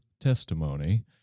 testimony